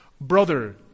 brother